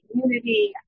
community